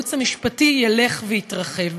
הייעוץ המשפטי ילך ויתרחב.